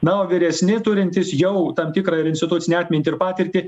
na o vyresni turintys jau tam tikrą ir institucinę atmintį ir patirtį